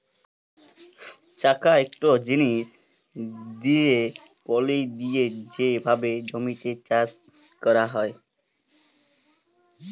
চাকা ইকট জিলিস দিঁয়ে পলি দিঁয়ে যে ভাবে জমিতে চাষ ক্যরা হয়